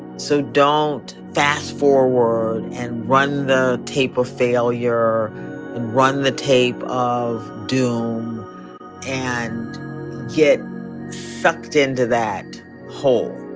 so don't fast-forward and run the tape of failure and run the tape of doom and get sucked into that hole.